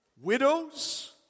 widows